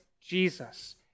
Jesus